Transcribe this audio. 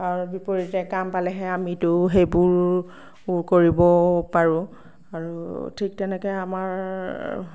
তাৰ বিপৰীতে কাম পালেহে আমিতো সেইবোৰ কৰিব পাৰোঁ আৰু ঠিক তেনেকৈ আমাৰ